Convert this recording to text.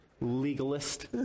legalist